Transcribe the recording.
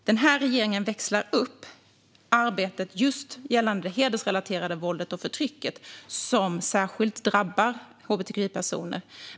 Denna regering växlar upp arbetet just gällande det hedersrelaterade våldet och förtrycket som särskilt drabbar hbtqi-personer.